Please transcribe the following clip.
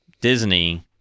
Disney